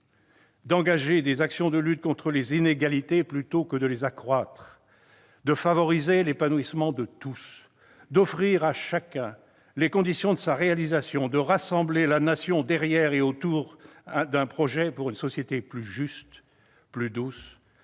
d'engager des actions de lutte contre les inégalités plutôt qu'accroître celles-ci, de favoriser l'épanouissement de tous, d'offrir à chacun les conditions de sa réalisation, de rassembler la Nation derrière et autour d'un projet pour une société plus juste, plus douce,